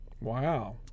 wow